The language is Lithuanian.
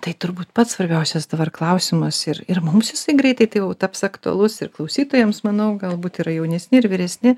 tai turbūt pats svarbiausias dabar klausimas ir ir mums jisai greitai tai taps aktualus ir klausytojams manau galbūt yra jaunesni ir vyresni